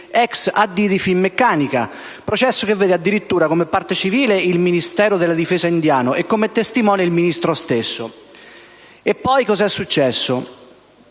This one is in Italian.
di Finmeccanica, processo che vede addirittura come parte civile il Ministero della difesa indiano e, come testimone, il Ministro stesso. E poi cosa è successo?